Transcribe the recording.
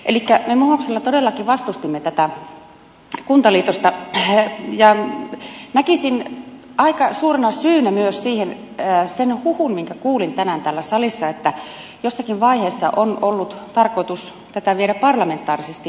me muhoksella todellakin vastustimme tätä kuntaliitosta ja näkisin aika suurena syynä myös siihen sen huhun minkä kuulin tänään täällä salissa että jossakin vaiheessa on ollut tarkoitus tätä viedä parlamentaarisesti eteenpäin